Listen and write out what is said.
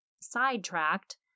sidetracked